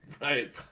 Right